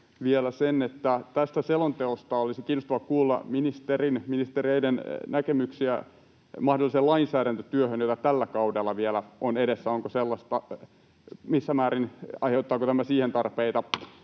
että tästä selonteosta olisi kiinnostavaa kuulla ministerin, ministereiden näkemyksiä mahdolliseen lainsäädäntötyöhön, jota vielä tällä kaudella on edessä. Onko sellaista